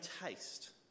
taste